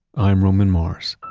i'm roman mars